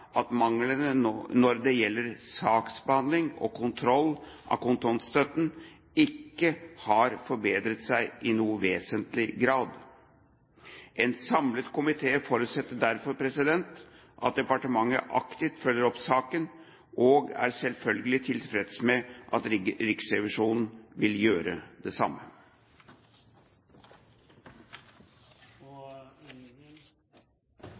at manglene når det gjelder saksbehandling og kontroll av kontantstøtten, ikke har forbedret seg i noen vesentlig grad. En samlet komité forutsetter derfor at departementet aktivt følger opp saken og er selvfølgelig tilfreds med at Riksrevisjonen vil gjøre det samme.